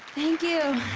thank you.